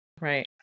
right